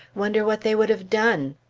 wonder what they would have done?